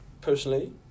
personally